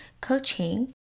coaching